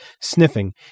Sniffing